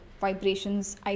vibrations